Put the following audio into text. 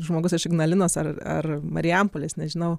žmogus iš ignalinos ar ar marijampolės nežinau